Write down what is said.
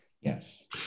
Yes